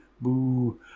boo